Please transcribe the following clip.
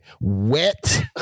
Wet